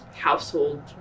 household